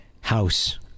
House